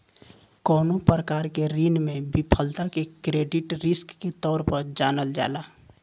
कवनो प्रकार के ऋण में विफलता के क्रेडिट रिस्क के तौर पर जानल जाला